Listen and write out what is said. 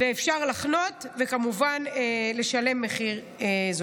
אפשר לחנות וכמובן לשלם מחיר נמוך.